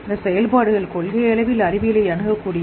இந்த செயல்பாடுகள் கொள்கையளவில் அறிவியலை அணுகக்கூடியவை